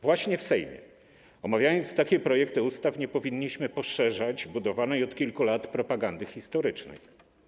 Właśnie w Sejmie, omawiając takie projekty ustaw, nie powinniśmy poszerzać budowanej od kilku lat propagandy historycznej.